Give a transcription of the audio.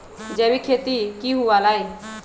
जैविक खेती की हुआ लाई?